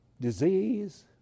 disease